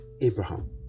Abraham